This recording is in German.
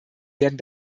werden